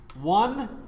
one